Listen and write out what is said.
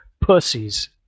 pussies